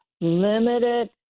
limited